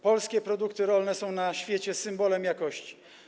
Polskie produkty rolne są na świecie symbolem jakości.